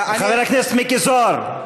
חבר הכנסת מיקי זוהר,